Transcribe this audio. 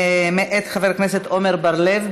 מאת חבר הכנסת עמר בר-לב,